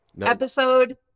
episode